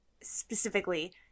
specifically